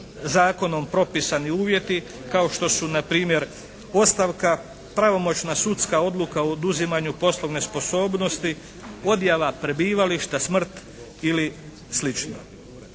zakonom propisani uvjeti kao što su npr. ostavka, pravomoćna sudska odluka o oduzimanju poslovne sposobnosti, odjava prebivališta, smrt ili sl.